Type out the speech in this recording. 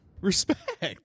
Respect